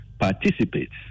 participates